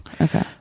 Okay